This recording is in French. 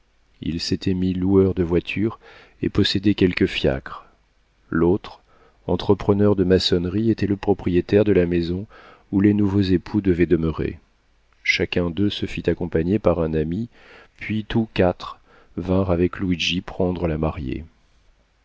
il s'était mis loueur de voitures et possédait quelques fiacres l'autre entrepreneur de maçonnerie était le propriétaire de la maison où les nouveaux époux devaient demeurer chacun d'eux se fit accompagner par un ami puis tous quatre vinrent avec luigi prendre la mariée